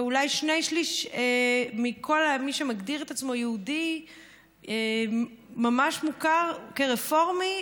אולי שני שלישים מכל מי שמגדיר את עצמו יהודי ממש מוכר כרפורמי,